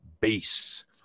base